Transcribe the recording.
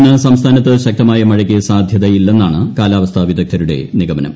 ഇന്ന് സംസ്ഥാനത്ത് ശക്തമായ മഴയ്ക്ക് സാധ്യതയില്ലെന്നാണ് കാലാവസ്ഥാ വിദഗ്ദ്ധരുടെ നിഗമനം